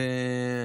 כזאת,